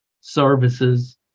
services